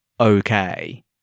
okay